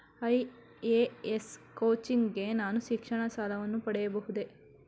IAS coaching ಗೆ ನಾನು ಶಿಕ್ಷಣ ಸಾಲವನ್ನು ಪಡೆಯಬಹುದೇ?